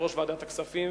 יושב-ראש ועדת הכספים,